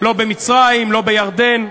לא במצרים, לא בירדן,